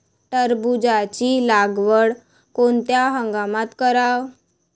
टरबूजाची लागवड कोनत्या हंगामात कराव?